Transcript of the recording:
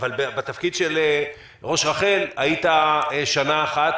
אבל בתפקיד של ראש רח"ל היית שנה אחת